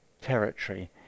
territory